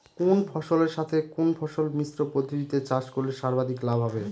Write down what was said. কোন ফসলের সাথে কোন ফসল মিশ্র পদ্ধতিতে চাষ করলে সর্বাধিক লাভ হবে?